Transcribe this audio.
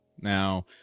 Now